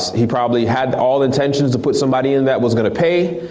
he probably had all intentions to put somebody in that was gonna pay,